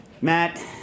Matt